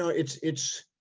ah it's, it's,